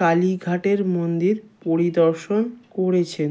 কালীঘাটের মন্দির পরিদর্শন করেছেন